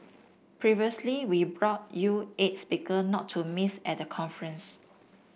previously we brought you eight speaker not to miss at the conference